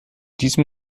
diesem